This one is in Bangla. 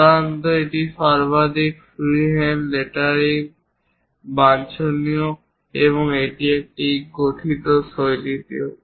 সাধারণত এটি সর্বাধিক ফ্রিহ্যান্ড লেটারিং বাঞ্ছনীয় এবং এটি একটি গথিক শৈলীতেও